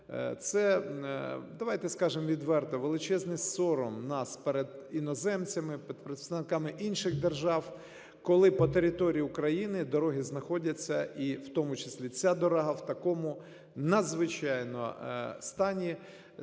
Це, давайте скажемо відверто, величезний сором нас перед іноземцями, перед представниками інших держав, коли по території України дороги знаходяться, і в тому числі ця дорога, в такому надзвичайному стані,